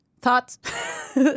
Thoughts